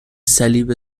صلیب